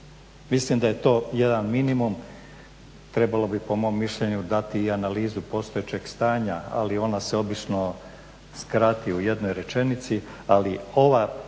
Mislim da je to jedan minimum, trebalo bi po mom mišljenju dati i analizu postojećeg stanja, ali ona se obično skrati u jednoj rečenici. Ali ovo